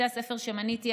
בתי הספר שמניתי,